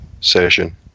session